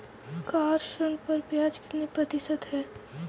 Car ऋण पर ब्याज कितने प्रतिशत है?